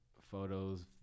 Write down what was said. photos